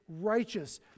righteous